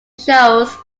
shows